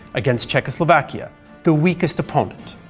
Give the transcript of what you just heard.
against czechoslovakia the weakest opponent.